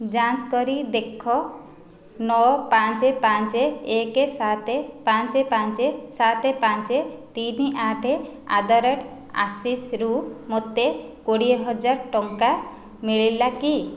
ଯାଞ୍ଚ କରି ଦେଖ ନଅ ପାଞ୍ଚ ପାଞ୍ଚ ଏକ ସାତ ପାଞ୍ଚ ପାଞ୍ଚ ସାତ ପାଞ୍ଚ ତିନି ଆଠ ଆଟ ଦ ରେଟ ଆକ୍ସିସରୁ ମୋତେ କୋଡିଏ ହଜାର ଟଙ୍କା ମିଳିଲା କି